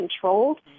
controlled